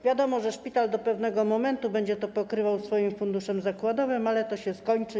Wiadomo, że szpital do pewnego momentu będzie to pokrywał ze swojego funduszu zakładowego, ale to się skończy.